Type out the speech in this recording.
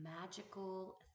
Magical